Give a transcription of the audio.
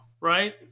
right